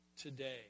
today